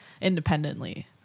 independently